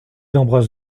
embrasse